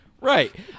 Right